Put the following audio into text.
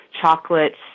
chocolates